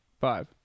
Five